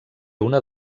una